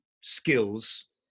skills